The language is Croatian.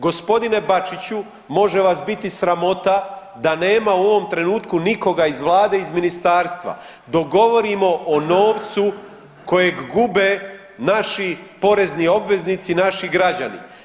Gospodine Bačiću može vas biti sramota da nema u ovom trenutku nikoga iz vlade, iz ministarstva dok govorimo o novcu kojeg gube naši porezni obveznici, naši građani.